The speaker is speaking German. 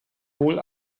wohl